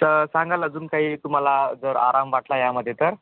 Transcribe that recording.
स सांगाल अजून काही तुम्हाला जर आराम वाटला यामध्ये तर